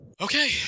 okay